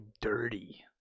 dirty